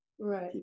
right